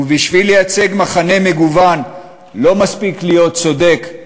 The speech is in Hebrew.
ובשביל לייצג מחנה מגוון לא מספיק להיות צודק,